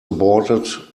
aborted